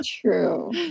True